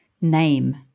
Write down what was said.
name